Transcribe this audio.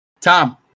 Tom